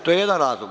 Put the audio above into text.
To je jedan razlog.